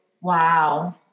wow